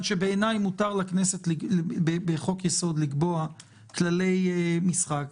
שבעיניי מותר לכנסת בחוק-יסוד לקבוע כללי משחק.